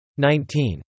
19